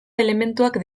elementuak